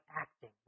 acting